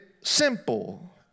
simple